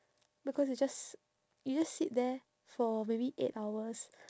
because you just you just sit there for maybe eight hours